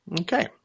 Okay